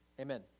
Amen